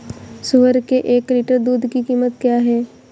सुअर के एक लीटर दूध की कीमत क्या है?